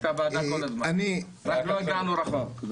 הייתה ועדה כל הזמן רק לא הגענו רחוק.